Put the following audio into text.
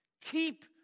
Keep